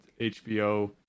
hbo